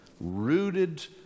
rooted